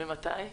ממתי?